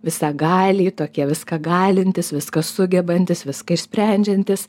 visagaliai tokie viską galintys viską sugebantys viską išsprendžiantys